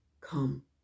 Come